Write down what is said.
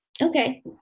Okay